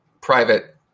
private